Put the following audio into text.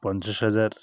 পঞ্চাশ হাজার